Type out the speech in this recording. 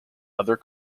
other